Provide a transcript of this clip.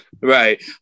right